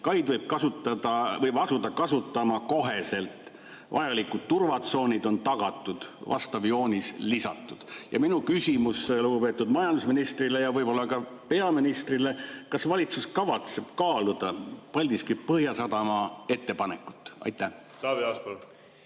Kaid võib asuda kasutama koheselt. Vajalikud turvatsoonid on tagatud, vastav joonis lisatud." Minu küsimus lugupeetud majandusministrile ja võib-olla ka peaministrile on järgmine: kas valitsus kavatseb kaaluda Paldiski Põhjasadama ettepanekut? Taavi